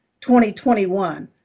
2021